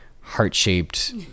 heart-shaped